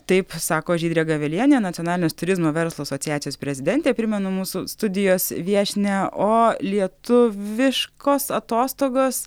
taip sako žydrė gavelienė nacionalinės turizmo verslo asociacijos prezidentė primenu mūsų studijos viešnią o lietuviškos atostogos